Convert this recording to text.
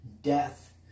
death